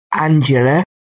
Angela